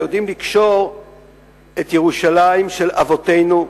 היודעים לקשור את ירושלים של אבותינו,